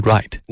Right 》 。